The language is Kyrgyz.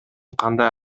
кандай